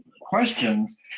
questions